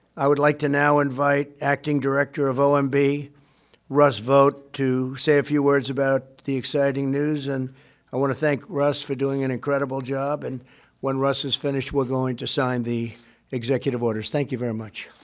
i would like to now invite acting director of ah um omb russ vought to say a few words about the exciting news. and i want to thank russ for doing an incredible job. and when russ is finished, we're going to sign the executive orders. thank you very much.